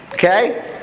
okay